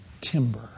timber